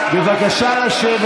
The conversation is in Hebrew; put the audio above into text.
בבקשה לשבת.